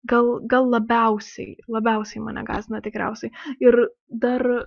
gal gal labiausiai labiausiai mane gąsdina tikriausiai ir dar